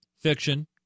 fiction